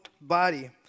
body